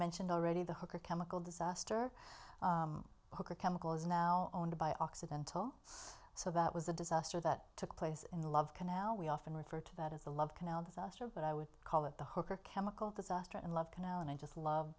mentioned already the hook or chemical disaster hook or chemical is now owned by occidental so that was a disaster that took place in love canal we often refer to that as the love canal that but i would call it the hooker chemical disaster and love canal and i just love